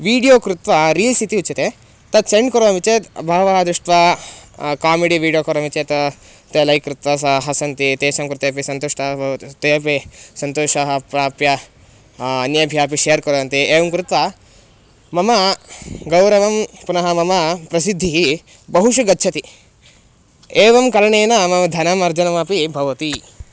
video कृत्वा reels इति उच्यते तत् सेण्ड् करोमि चेत् बहवः दृष्ट्वा कामिडि वीडियो करोमि चेत् ते लैक् कृत्वा सा हसन्ति तेषां कृते अपि सन्तुष्टाः भवन्ति ते अपि सन्तोषं प्राप्य अन्येभ्य अपि शेर् कुर्वन्ति एवं कृत्वा मम गौरवं पुनः मम प्रसिद्धिः बहुषु गच्छति एवं करणेन मम धनम् अर्जनमपि भवति